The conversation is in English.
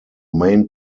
main